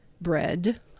bread